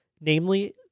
namely